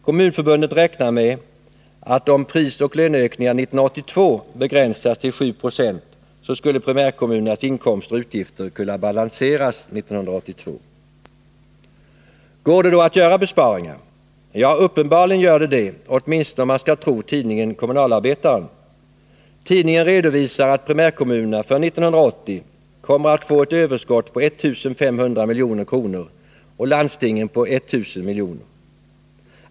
Kommunförbundet räknar med, att om prisoch löneökningarna 1982 hade begränsats till 7 96, skulle primärkommunernas inkomster och utgifter kunna balanseras 1982. Går det då att göra besparingar? Ja, uppenbarligen går det, åtminstone om man skall tro tidningen Kommunalarbetaren. Tidningen redovisar att primärkommunerna för 1980 kommer att få ett överskott på 1 500 milj.kr. och landstingen 1 000 miljoner.